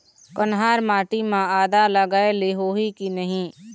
कन्हार माटी म आदा लगाए ले होही की नहीं?